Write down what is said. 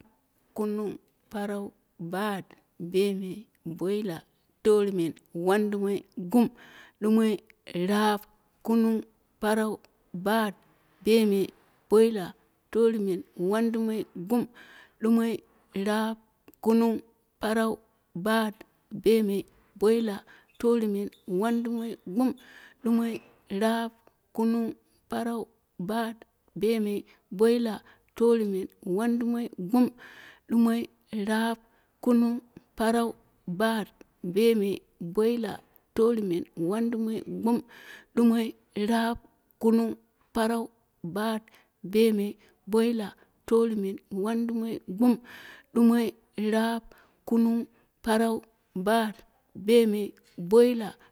Kunung, parau, bat, bemei, boila, torumen, wandumoi, gum. Dumoi, rap, kunung, parau, bat, bemei, boila torumen, wadumoi, gum. Dumoi, rap, kunung, parau, bat, bemei, boila torumen, wandumoi, gum. Dumoi, rap, kunung, parau, bat, bemei, boila torumen, wandumoi, gum. Dumoi, rap, kunung, parau, bat, bemei, boila torumen, wandumoi, gum. Dumoi, rap, kunung, parau, bat, bemei, boila torumen, wandumoi, gum. Dumoi, rap, kunung, parau, bat, bemei, boila